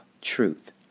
truth